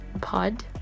pod